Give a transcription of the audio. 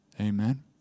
Amen